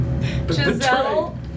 Giselle